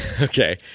Okay